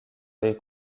les